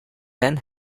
then